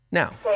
now